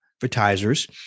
advertisers